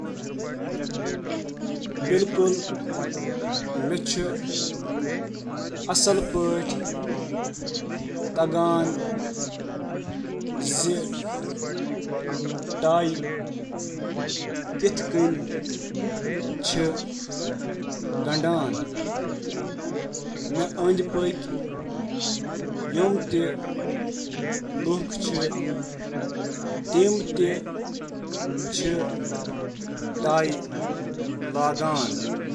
آ، زیادٕ تر لوٗکھ چھِ زانان زِ نیک ٹایی کِتھ کٔنۍ چھِ گنٛڑُن۔ یہِ چھُ اکھ عام ہُنر یُس واریٛاہ لوٗکَن ہیٚچھناونہٕ چھُ یِوان، تہٕ اسہِ أنٛدِ پٔکہِ واریٛاہ لوٗکھ ہٮ۪کَن باقٲعدٕگی سان تعلقات لاگِتھ، خاص پٲٹھۍ پیشہٕ ورانہٕ ترتیبن منٛز یِتھ کٔنۍ زَن کارٕبٲرۍ